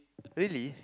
really